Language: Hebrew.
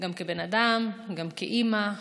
גם כבן אדם וגם כאימא,